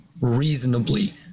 reasonably